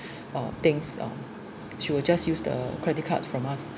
uh things uh she will just use the credit card from us